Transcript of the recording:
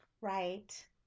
Right